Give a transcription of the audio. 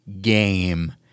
game